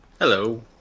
Hello